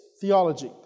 theology